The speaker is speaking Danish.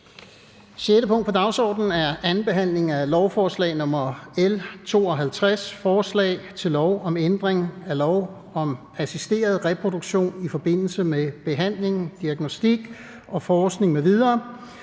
punkt på dagsordenen er: 6) 2. behandling af lovforslag nr. L 52: Forslag til lov om ændring af lov om assisteret reproduktion i forbindelse med behandling, diagnostik og forskning m.v.